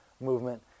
movement